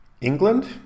England